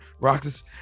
Roxas